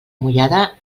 mullada